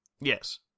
Yes